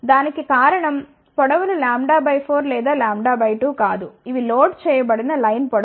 దానికి కారణం పొడవు లు λ 4 లేదా λ 2 కాదు ఇవి లోడ్ చేయబడిన లైన్ పొడవు